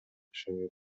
داشتنیه